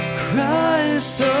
Christ